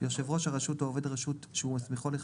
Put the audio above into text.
יושב ראש הראשות או עובד הראשות שהוסמכו לכך,